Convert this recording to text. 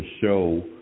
show